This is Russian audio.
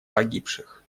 погибших